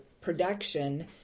production